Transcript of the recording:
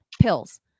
pills